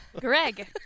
Greg